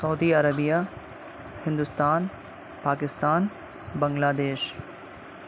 سعودیہ عربیہ ہندوستان پاکستان بنگلہ دیش